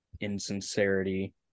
insincerity